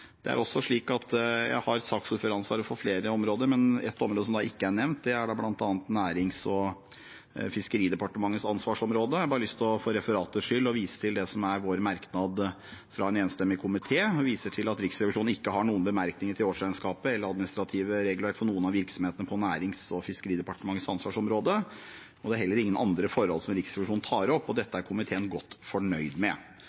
Jeg har saksordføreransvaret for flere områder, men ett område som ikke er nevnt, er Nærings- og fiskeridepartementets ansvarsområde. Jeg har lyst til, for referatets skyld, å vise til merknaden fra en enstemmig komité, hvor vi viser til at Riksrevisjonen ikke har noen bemerkninger til årsregnskapet eller administrativt regelverk for noen av virksomhetene under Nærings- og fiskeridepartementets ansvarsområde. Det er heller ingen andre forhold som Riksrevisjonen tar opp. Dette er komiteen godt fornøyd med.